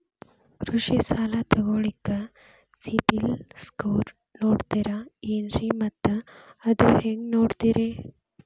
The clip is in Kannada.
ಕೃಷಿ ಸಾಲ ತಗೋಳಿಕ್ಕೆ ಸಿಬಿಲ್ ಸ್ಕೋರ್ ನೋಡ್ತಾರೆ ಏನ್ರಿ ಮತ್ತ ಅದು ಹೆಂಗೆ ನೋಡ್ತಾರೇ?